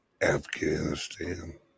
Afghanistan